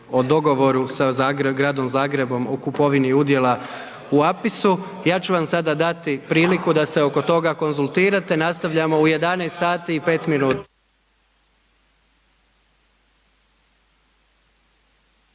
o dogovoru sa gradom Zagrebom o kupovini udjela u Apis-u, ja ću vam sada dati priliku da se oko toga konzultirate. Nastavljamo u 11,05